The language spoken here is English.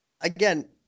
again